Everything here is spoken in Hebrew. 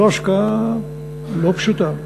זו השקעה לא פשוטה,